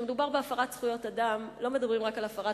כשמדובר בהפרת זכויות האדם לא מדברים רק על הפרת